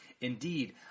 Indeed